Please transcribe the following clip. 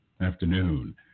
afternoon